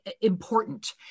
important